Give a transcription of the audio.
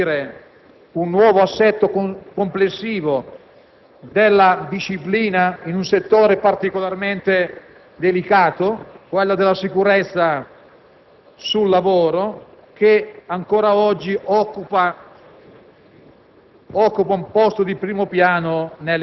a discutere è inteso a definire un nuovo assetto complessivo della disciplina di un settore particolarmente delicato e che purtroppo ancora oggi occupa